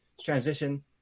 transition